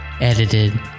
edited